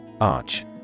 Arch